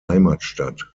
heimatstadt